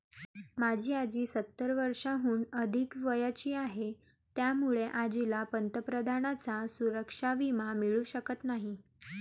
माझी आजी सत्तर वर्षांहून अधिक वयाची आहे, त्यामुळे आजीला पंतप्रधानांचा सुरक्षा विमा मिळू शकत नाही